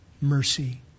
mercy